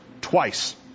twice